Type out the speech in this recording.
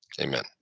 Amen